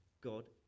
God